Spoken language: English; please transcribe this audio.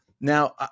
Now